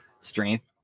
strength